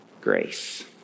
grace